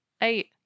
Eight